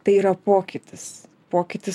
tai yra pokytis pokytis